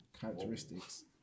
characteristics